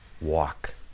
walk